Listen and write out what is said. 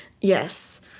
Yes